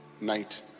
night